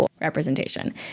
representation